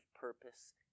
purpose